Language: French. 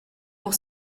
pour